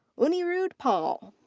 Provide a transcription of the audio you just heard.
anirudh pal.